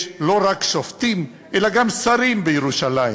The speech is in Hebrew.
יש לא רק שופטים אלא גם שרים בירושלים,